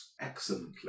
excellently